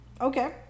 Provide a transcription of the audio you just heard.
Okay